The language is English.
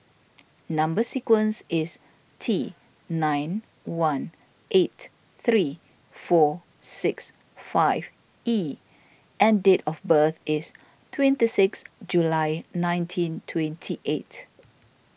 Number Sequence is T nine one eight three four six five E and date of birth is twenty six July nineteen twenty eight